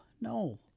No